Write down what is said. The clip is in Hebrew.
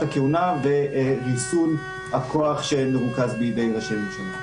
הכהונה וריסון הכוח שמרוכז בידי ראשי ממשלה.